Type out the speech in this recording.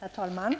Herr talman!